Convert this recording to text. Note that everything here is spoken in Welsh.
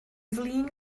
flin